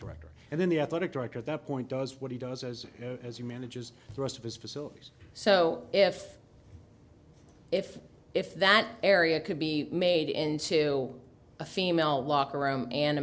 director and then the athletic director at that point does what he does as as he manages the rest of his facilities so if if if that area could be made into a female locker room and